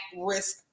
risk